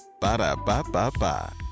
Ba-da-ba-ba-ba